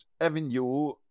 avenue